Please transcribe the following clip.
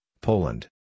Poland